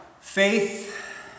faith